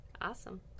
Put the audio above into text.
Awesome